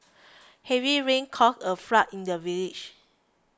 heavy rains caused a flood in the village